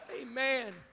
Amen